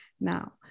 Now